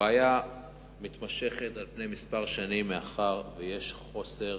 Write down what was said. הבעיה מתמשכת כמה שנים מאחר שיש חוסר